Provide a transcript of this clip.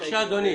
בבקשה אדוני.